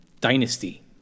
Dynasty